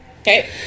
okay